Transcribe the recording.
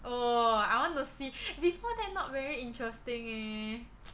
oh I want to see before that not very interesting eh